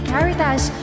Caritas